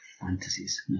fantasies